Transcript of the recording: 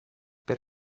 per